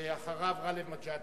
ואחריו, גאלב מג'אדלה.